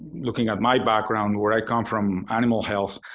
looking at my background where i come from animal health,